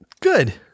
Good